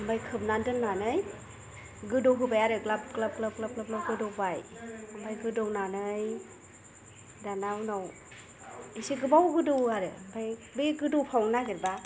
ओमफाय खोबनानै दोननानै गोदौहोबाय आरो ग्लाब ग्लाब गोदौबाय ओमफाय गोदौनानै दाना उनाव एसे गोबाव गोदौवो आरो ओमफाय बे गोदौफावनो नागेरबा